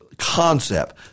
concept